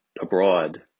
abroad